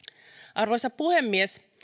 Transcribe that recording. arvoisa puhemies